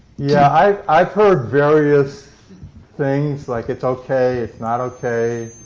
yeah, i've heard various things, like it's okay, it's not okay.